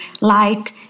light